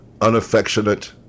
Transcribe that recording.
Unaffectionate